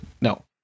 no